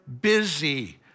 busy